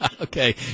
Okay